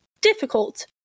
difficult